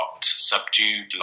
subdued